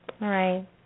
Right